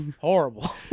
Horrible